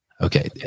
Okay